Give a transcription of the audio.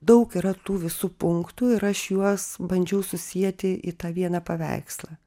daug yra tų visų punktų ir aš juos bandžiau susieti į tą vieną paveikslą